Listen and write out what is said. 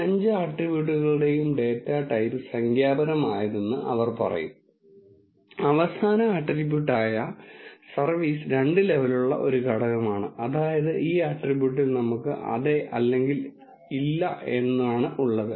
ഈ അഞ്ച് ആട്രിബ്യൂട്ടുകളുടെയും ഡാറ്റ ടൈപ്പ് സംഖ്യാപരമായതാണെന്ന് അവർ പറയും അവസാന ആട്രിബ്യൂട്ട് ആയ സർവീസ് രണ്ട് ലെവലുകളുള്ള ഒരു ഘടകമാണ് അതായത് ഈ ആട്രിബ്യൂട്ടിൽ നമുക്ക് അതെ അല്ലെങ്കിൽ ഇല്ല എന്നാണ് ഉള്ളത്